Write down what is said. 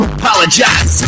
apologize